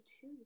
two